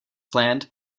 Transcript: planned